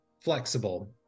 flexible